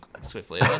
swiftly